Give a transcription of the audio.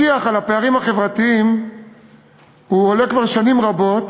השיח על הפערים החברתיים עולה כבר שנים רבות,